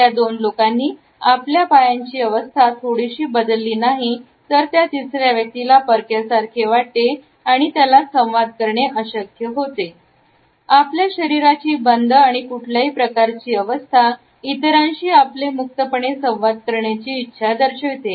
त्या दोन लोकांनी आपल्या पायांची अवस्था थोडीशीही बदलली नाही तर त्या तिसऱ्या व्यक्तीला परक्यासारखे वाटते आणि त्याला संवाद करणी अशक्य होते आपल्या शरीराची बंद आणि कुठल्या प्रकारची अवस्था इतरांशी आपले मुक्तपणे संवाद करण्याची इच्छा दर्शविते